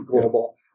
global